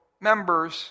members